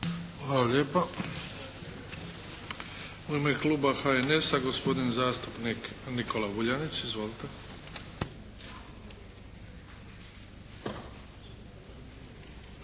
Hvala lijepo. U ime kluba HNS-a, gospodin zastupnik Nikola Vuljanić. Izvolite.